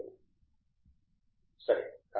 professor Pratap Haridas సరే